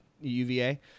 UVA